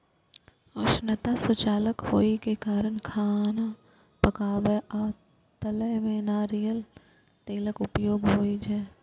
उष्णता सुचालक होइ के कारण खाना पकाबै आ तलै मे नारियल तेलक उपयोग होइ छै